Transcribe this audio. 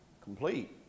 complete